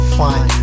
fine